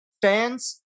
Fans